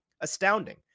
Astounding